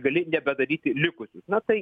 gali nebedaryti likusių na tai